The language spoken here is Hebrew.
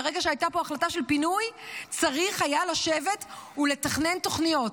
ברגע שהייתה פה החלטה על פינוי צריך היה לשבת ולתכנן תוכניות.